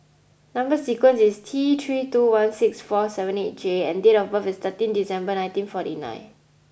number sequence is T three two one six four seven eight J and date of birth is thirteen December nineteen and forty nine